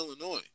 Illinois